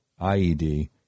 IED